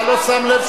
לבטל.